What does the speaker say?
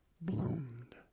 bloomed